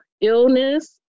illness